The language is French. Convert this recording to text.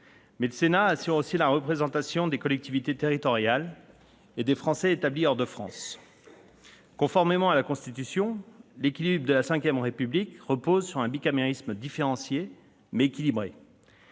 Mais le Sénat assure aussi la représentation des collectivités territoriales et des Français établis hors de France. Conformément à la Constitution, l'équilibre de la VRépublique repose sur un bicamérisme différencié, mais équilibré.